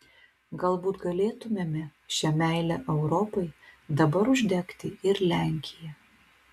galbūt galėtumėme šia meile europai dabar uždegti ir lenkiją